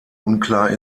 unklar